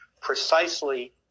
precisely